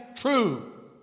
true